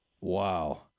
Wow